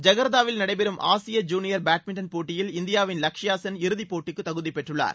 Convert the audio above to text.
ஜகார்த்தாவில் நடைபெறும் Asia junior badminton போட்டியில் இந்தியாவின் லக்ஷியா சென் இறுதி போட்டிக்கு தகுதி பெற்றுள்ளார்